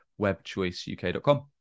webchoiceuk.com